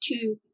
two